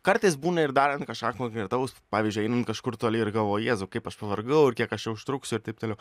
kartais būna ir darant kažką konkretaus pavyzdžiui einant kažkur toli ir galvoju jėzau kaip aš pavargau ir kiek aš čia užtruksiu ir taip toliau